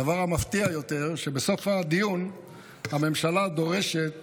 הדבר המפתיע יותר הוא שבסוף הדיון הממשלה דורשת